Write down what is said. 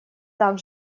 так